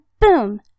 BOOM